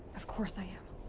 of course i am.